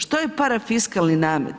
Što je parafiskalni namet?